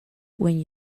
when